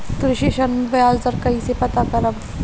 कृषि ऋण में बयाज दर कइसे पता करब?